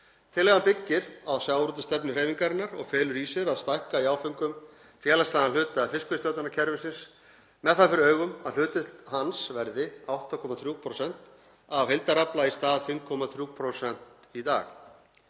Tillagan byggir á sjávarútvegsstefnu hreyfingarinnar og felur í sér að stækka í áföngum félagslegan hluta fiskveiðistjórnarkerfisins með það fyrir augum að hlutdeild hans verði 8,3% af heildarafla í stað 5,3% í dag.